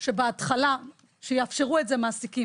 צריך שהמעסיקים יאפשרו את זה.